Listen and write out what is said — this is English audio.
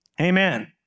Amen